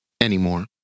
anymore